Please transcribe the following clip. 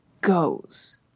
goes